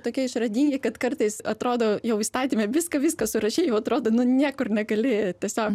tokie išradingi kad kartais atrodo jau įstatyme viską viską surašei jau atrodo niekur negali tiesiog